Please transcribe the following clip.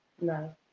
No